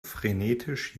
frenetisch